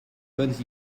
bonnes